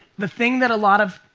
the thing that a lot of,